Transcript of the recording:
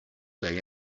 day